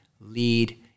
lead